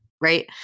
right